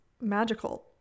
magical